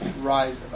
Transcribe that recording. Rise